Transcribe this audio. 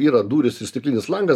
yra durys ir stiklinis langas